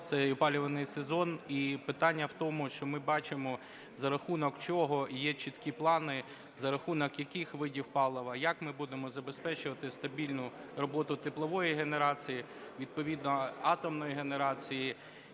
цей опалювальний сезон. І питання в тому, що ми бачимо, за рахунок чого, є чіткі плани, за рахунок яких видів палива, як ми будемо забезпечувати стабільну роботу теплової генерації, відповідно атомної генерації.